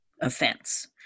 offense